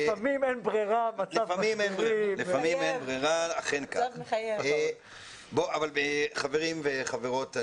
חברים וחברות,